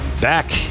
Back